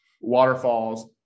waterfalls